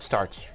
Starts